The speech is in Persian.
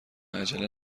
عجله